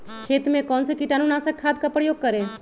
खेत में कौन से कीटाणु नाशक खाद का प्रयोग करें?